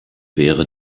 wäre